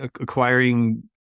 acquiring